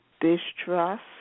distrust